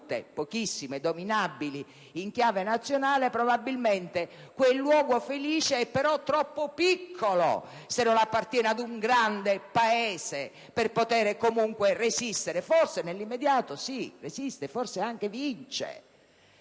(pochissime) dominabili in chiave nazionale, probabilmente quel luogo felice è però troppo piccolo se non appartiene ad un grande Paese per poter comunque resistere. Forse nell'immediato sì, resiste, forse anche vince,